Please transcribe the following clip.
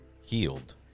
healed